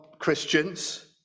Christians